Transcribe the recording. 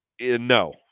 no